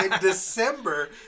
December